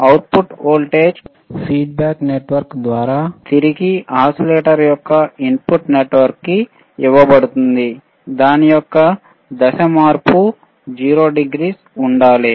output voltage feedback network ద్వారా తిరిగి oscillator యొక్క ఇన్పుట్కు నెట్వర్క్కి ఇవ్వబడుతుంది దాని యొక్క దశ మార్పు 00 ఉండాలి